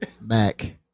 Mac